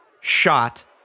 shot